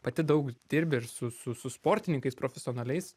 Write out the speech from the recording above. pati daug dirbi ir su su su sportininkais profesionaliais